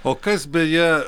o kas beje